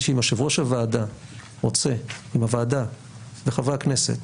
שאם יושב-ראש הוועדה רוצה בוועדה וחברי הכנסת,